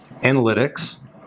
Analytics